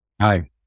hi